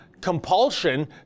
compulsion